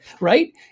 right